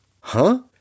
Huh